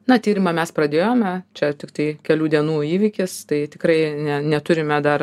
na tyrimą mes pradėjome čia tiktai kelių dienų įvykis tai tikrai ne neturime dar